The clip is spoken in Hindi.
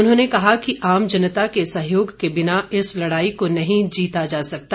उन्होंने कहा कि आम जनता के सहयोग के बिना इस लड़ाई को नहीं जीता जा सकता